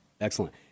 Excellent